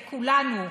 בכולנו,